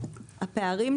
הפערים,